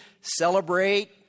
celebrate